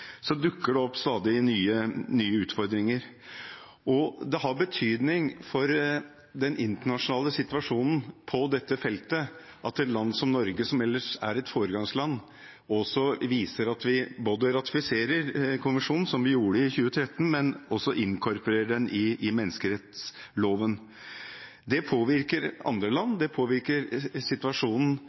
dukker det opp stadig nye utfordringer. Det har betydning for den internasjonale situasjonen på dette feltet at et land som Norge, som ellers er et foregangsland, viser at vi både ratifiserer konvensjonen, som vi gjorde i 2013, og også inkorporerer den i menneskerettsloven. Det påvirker andre land, det påvirker situasjonen